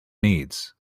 needs